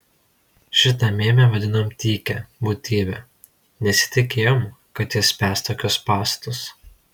šitą mėmę vadinom tykia būtybe nesitikėjom kad jis spęs tokius spąstus